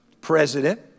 president